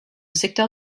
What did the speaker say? secteur